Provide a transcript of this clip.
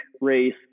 race